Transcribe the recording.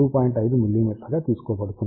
5 mmగా తీసుకోబడుతుంది